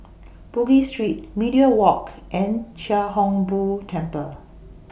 Bugis Street Media Walk and Chia Hung Boo Temple